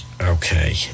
Okay